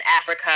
Africa